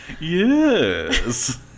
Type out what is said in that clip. yes